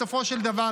בסופו של דבר,